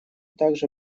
также